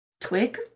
twig